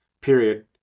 period